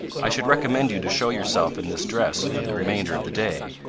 i should recommend you to show yourself in this dress for the remainder of the day,